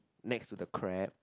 next to the crab